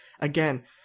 again